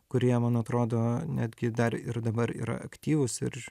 kurie man atrodo netgi dar ir dabar yra aktyvūs ir